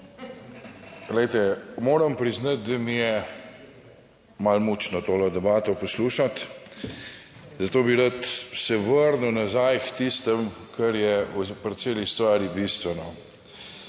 moram priznati, da mi je malo mučno tole debato poslušati, zato bi rad se vrnil nazaj k tistemu, kar je pri celi stvari bistveno.